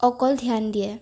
অকল ধ্যান দিয়ে